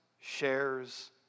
shares